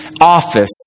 office